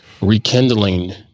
rekindling